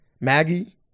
Maggie